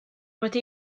wedi